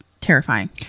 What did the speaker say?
terrifying